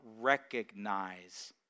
recognize